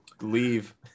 leave